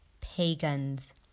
pagans